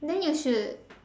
then you should